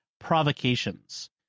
Provocations